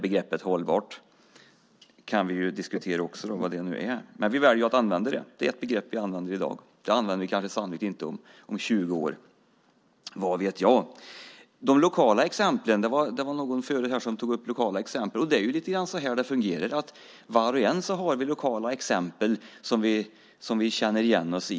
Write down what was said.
Begreppet "hållbart" kan också diskuteras, men vi har valt att använda det. Det är ett begrepp vi använder i dag men sannolikt inte om 20 år - vad vet jag. Någon som var före mig i debatten tog upp lokala exempel, och det är lite grann så det fungerar. Var och en har vi lokala exempel som vi känner igen oss i.